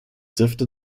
dürfte